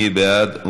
מי בעד?